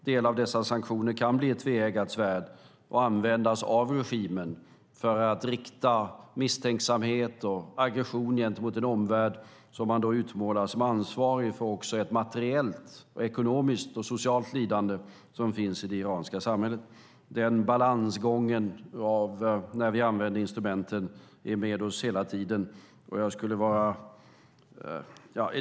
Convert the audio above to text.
Delar av dessa sanktioner kan bli ett tveeggat svärd och användas av regimen för att rikta misstänksamhet och aggression mot en omvärld som utmålas som ansvarig också för det materiella, ekonomiska och sociala lidande som finns i det iranska samhället. När vi använder de instrumenten är den balansgången med oss hela tiden.